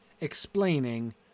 explaining